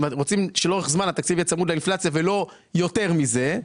אם רוצים שלאורך זמן התקציב יהיה צמוד לאינפלציה ולא יותר מזה,